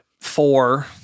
four